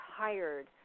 tired